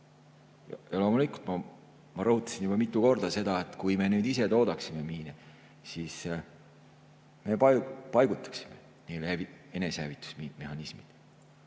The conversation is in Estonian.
Loomulikult, ma rõhutasin juba mitu korda, et kui me ise toodaksime miine, siis me paigutaksime nendele enesehävitusmehhanismid.